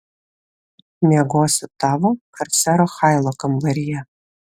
miegosiu tavo ar sero hailo kambaryje